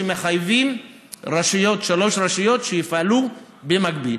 שמחייבים שלוש רשויות שיפעלו במקביל,